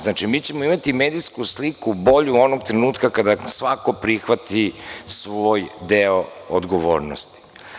Znači, mi ćemo imati medijsku sliku bolju onog trenutka kada svako prihvati svoj deo odgovornosti.